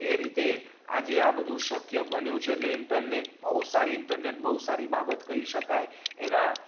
એ રીતે આજે આ બધું શક્ય બન્યું છે એટલે ઈન્ટરનેટ બહુ સારી ઈન્ટરનેટ સારી બાબત કહી શકાય એના